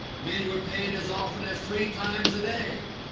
men were paid as often as three times a day.